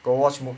go watch mov~